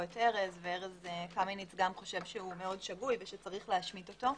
וארז קמינץ חושב גם שהוא מאוד שגוי ושיש להשמיטו.